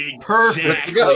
Perfect